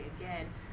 again